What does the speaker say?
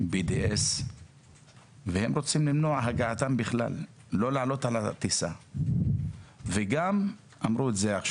BDS והם רוצים למנוע את הגעתם בכלל כך שלא יעלו על הטיסה וגם למנוע